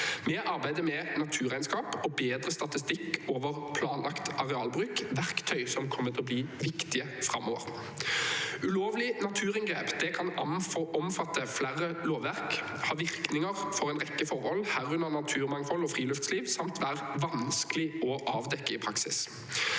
Vi arbeider med et naturregnskap og bedre statistikk over planlagt arealbruk – verktøy som kommer til å bli viktige framover. Ulovlige naturinngrep kan omfatte flere lovverk, ha virkninger for en rekke forhold, herunder naturmangfold og friluftsliv, samt være vanskelig å avdekke i praksis.